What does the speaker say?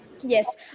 yes